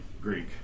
greek